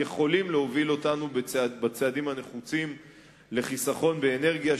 יכול להוביל אותנו בצעדים הנחוצים לחיסכון באנרגיה,